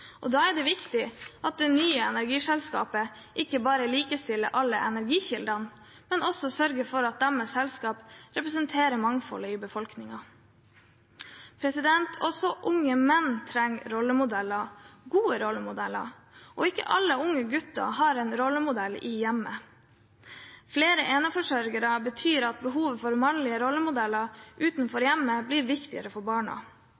Da er det viktig at det nye energiselskapet ikke bare likestiller alle energikildene, men også sørger for at selskapet representerer mangfoldet i befolkningen. Også unge menn trenger rollemodeller – gode rollemodeller. Ikke alle unge gutter har en rollemodell i hjemmet. Flere eneforsørgere betyr at behovet for mannlige rollemodeller utenfor hjemmet blir viktigere for barna.